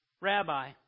Rabbi